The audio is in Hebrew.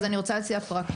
אז אני רוצה להציע פרקטית.